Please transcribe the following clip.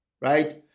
right